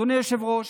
אדוני היושב-ראש,